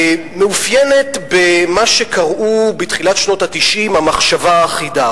מאופיינת במה שקראו בתחילת שנות ה-90 "המחשבה האחידה",